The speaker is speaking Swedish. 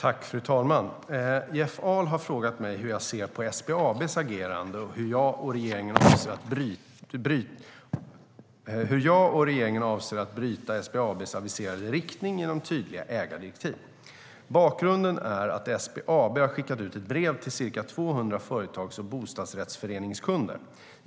Fru talman! Jeff Ahl har frågat mig hur jag ser på SBAB:s agerande och hur jag och regeringen avser att bryta SBAB:s aviserade riktning genom tydliga ägardirektiv. Bakgrunden är att SBAB har skickat ut ett brev till ca 200 företags och bostadsrättsföreningskunder.